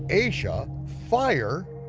aysha, fire,